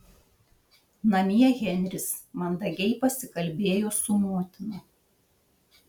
namie henris mandagiai pasikalbėjo su motina